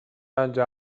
آنجا